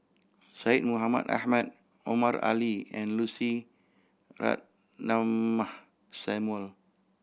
Syed Mohamed Ahmed Omar Ali and Lucy Ratnammah Samuel